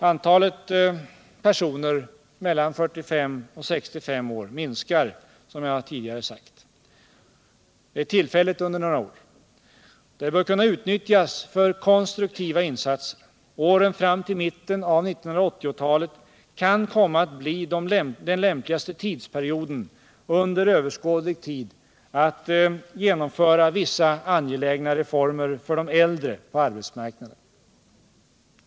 Antalet personer mellan 45 och 65 år minskar, som jag tidigare sagt, tillfälligt under några år. Det bör kunna utnyttjas för konstruktiva insatser. Åren fram till mitten av 1980-talet kan komma att bli den lämpligaste perioden under överskådlig tid att genomföra vissa angelägna reformer för de äldre på arbetsmarknaden.